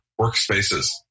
workspaces